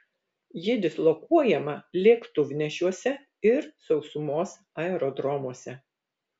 ji dislokuojama lėktuvnešiuose ir sausumos aerodromuose